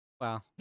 wow